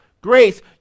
grace